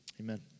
Amen